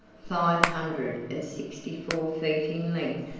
five hundred and sixty-four feet in,